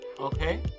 okay